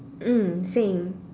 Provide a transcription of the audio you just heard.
mm same